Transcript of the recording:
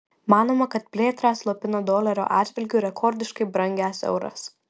manoma kad plėtrą slopina dolerio atžvilgiu rekordiškai brangęs euras